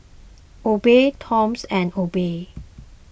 Obey Toms and Obey